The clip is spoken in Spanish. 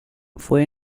fue